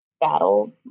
battle